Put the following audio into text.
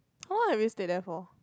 how long have you stay there for